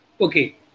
Okay